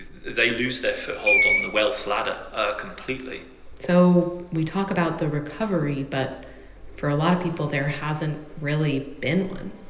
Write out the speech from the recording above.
they lose their hold on the wealth ladder ah completely so we talk about the recovery. but for a lot of people, there hasn't really been one